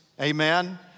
Amen